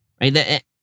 right